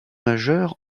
majeure